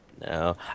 No